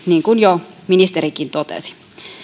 niin kuin jo ministerikin totesi